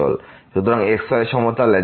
সুতরাং xy সমতলে যেখানে x2y2≤1